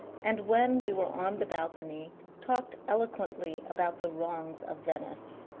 and when we were on the balcony talked eloquently about the wrongs of venice.